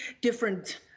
different